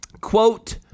quote